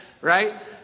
Right